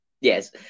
Yes